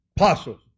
Apostles